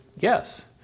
yes